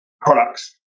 products